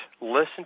Listen